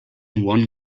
one